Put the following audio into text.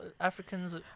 Africans